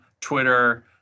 Twitter